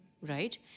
right